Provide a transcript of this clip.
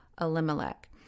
Elimelech